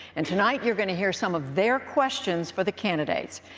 and tonight you're going to hear some of their questions for the candidates.